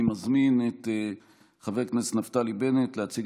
אני מזמין את חבר הכנסת נפתלי בנט להציג